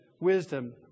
wisdom